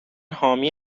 حامی